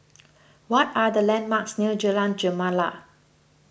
what are the landmarks near Jalan Gemala